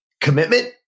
commitment